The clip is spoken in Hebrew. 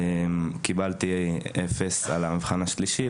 קיבלתי 0 על המבחן השלישי,